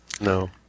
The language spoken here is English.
No